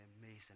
amazing